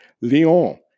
Lyon